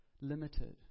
limited